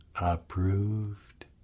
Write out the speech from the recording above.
Approved